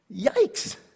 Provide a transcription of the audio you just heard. Yikes